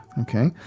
Okay